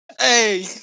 hey